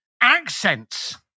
accents